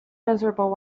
miserable